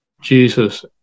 Jesus